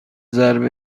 ضرب